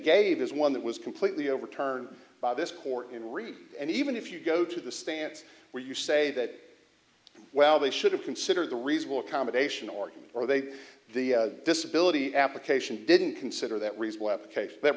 gave is one that was completely overturned by this court in reading and even if you go to the stands where you say that well they should have considered the reasonable accommodation or are they the disability application didn't consider that